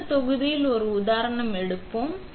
அடுத்த தொகுதிகளில் ஒரு உதாரணம் எடுப்போம்